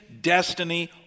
destiny